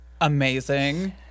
Amazing